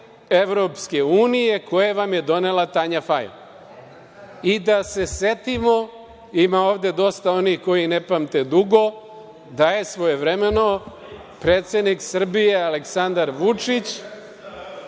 naloge EU koje vam je donela Tanja Fajon. Da se setimo, ima ovde dosta onih koji ne pamte dugo, da je svojevremeno predsednik Srbije Aleksandar Vučić,